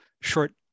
short